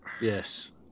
yes